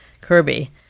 Kirby